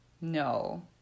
no